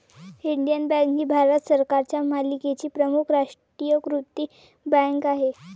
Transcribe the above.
Indian bank ही भारत सरकारच्या मालकीची प्रमुख राष्ट्रीयीकृत बँक आहे